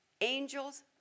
angels